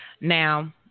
Now